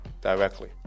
directly